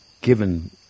given